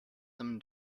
them